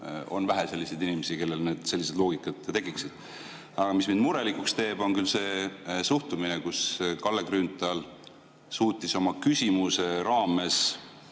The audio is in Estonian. on vähe selliseid inimesi, kellel sellised loogikad tekiksid. Aga mis mind murelikuks teeb, on see suhtumine: Kalle Grünthal suutis oma küsimuses